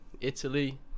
italy